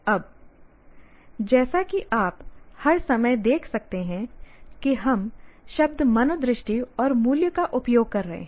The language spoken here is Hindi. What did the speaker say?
अब जैसा कि आप हर समय देख सकते हैं कि हम शब्द मनोदृष्टि और मूल्य का उपयोग कर रहे हैं